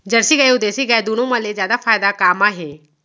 Jersey गाय अऊ देसी गाय दूनो मा ले जादा फायदा का मा हे?